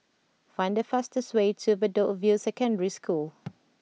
find the fastest way to Bedok View Secondary School